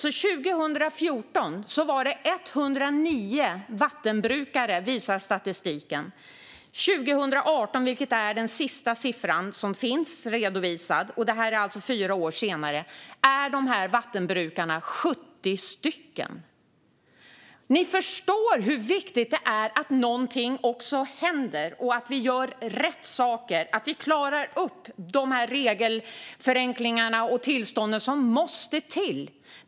År 2014 var det 109 vattenbrukare, visar statistiken. År 2018, fyra år senare och den senast redovisade siffran, var det 70 vattenbrukare. Ni förstår hur viktigt det är att någonting händer och att vi gör rätt saker, att vi klarar upp de regelförenklingar och tillstånd som måste till.